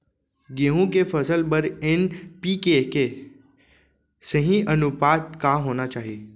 गेहूँ के फसल बर एन.पी.के के सही अनुपात का होना चाही?